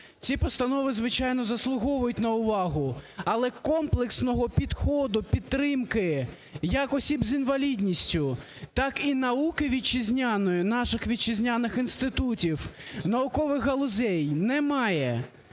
ці постанови, звичайно, заслуговують на увагу, але комплексного підходу, підтримки як осіб з інвалідності, так і науки вітчизняної, наших вітчизняних інститутів, наукових галузей немає.